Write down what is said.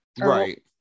right